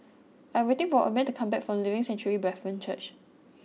I am waiting for Omer to come back from Living Sanctuary Brethren Church